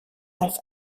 als